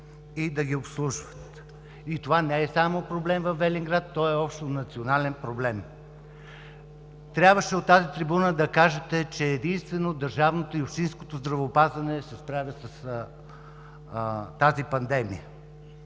и да ги обслужват. И това не е само проблем във Велинград, то е общонационален проблем! Трябваше от тази трибуна да кажете, че единствено държавното и общинското здравеопазване се справят с тази пандемия,